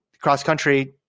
Cross-country